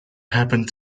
happened